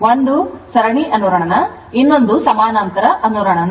ಒಂದು ಸರಣಿ ಅನುರಣನ ಇನ್ನೊಂದು ಸಮಾನಾಂತರ ಅನುರಣನ